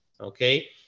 okay